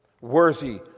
worthy